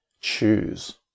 choose